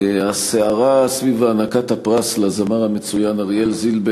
הסערה סביב הענקת הפרס לזמר המצוין אריאל זילבר